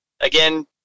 again